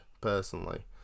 personally